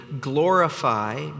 glorify